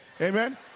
amen